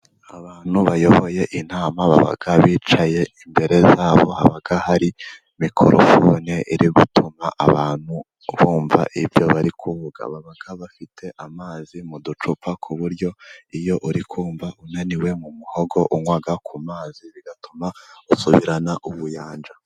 Abantu bayoboye inama baba bicaye. Imbere yabo haba hari mikorofone iri gutuma abantu bumva ibyo bari kuvuga. Baba bafite amazi mu ducupa ku buryo iyo uri kumva unaniwe mu muhogo, unywa ku mazi bigatuma usubirana ubuyanja.